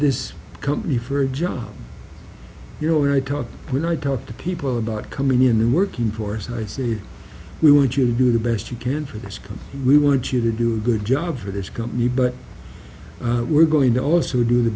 this company for a job you know i talk when i talk to people about coming in the working force and i say we want you to do the best you can for this cause we want you to do a good job for this company but we're going to also do the